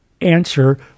answer